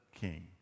king